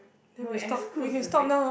no it excludes the break